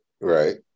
Right